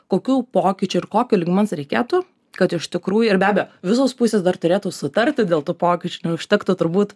kokių pokyčių ir kokio lygmens reikėtų kad iš tikrųjų ir be abejo visos pusės dar turėtų sutarti dėl tų pokyčių neužtektų turbūt